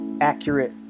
accurate